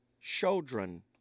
children